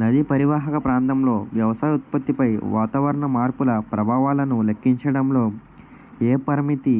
నదీ పరీవాహక ప్రాంతంలో వ్యవసాయ ఉత్పత్తిపై వాతావరణ మార్పుల ప్రభావాలను లెక్కించడంలో ఏ పరామితి